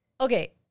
Okay